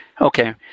Okay